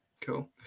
Cool